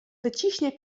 wyciśnie